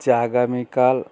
যে আগামীকাল